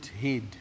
head